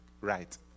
right